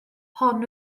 hon